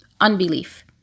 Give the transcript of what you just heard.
unbelief